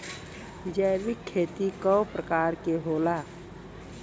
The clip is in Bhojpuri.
जैविक खेती कव प्रकार के होला?